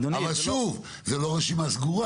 אבל שוב, זה לא רשימה סגורה.